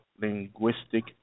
linguistic